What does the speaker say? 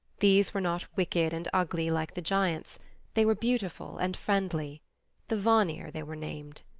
these were not wicked and ugly like the giants they were beautiful and friendly the vanir they were named.